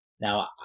Now